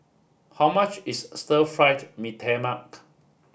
how much is Stir Fried Mee Tai Mak